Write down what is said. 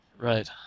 Right